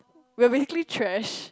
we're basically thrash